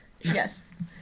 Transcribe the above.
Yes